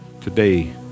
today